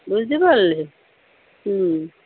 বুঝতে পারলে হুম